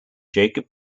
jacob